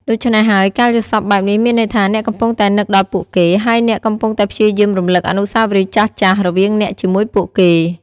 ដូច្នេះហើយ ការយល់សប្តិបែបនេះ មានន័យថា អ្នកកំពុងតែនឹកដល់ពួកគេ ហើយអ្នកកំពុងតែព្យាយាមរំលឹក អនុស្សាវរីយ៍ចាស់ៗ រវាងអ្នកជាមួយពួកគេ។